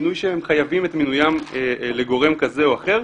מינוי שחייב את מינויו לגורם כזה או אחר.